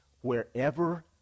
wherever